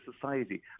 society